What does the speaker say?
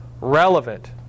relevant